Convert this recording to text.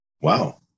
Wow